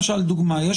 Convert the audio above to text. למשל דוגמה,